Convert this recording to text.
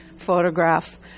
photograph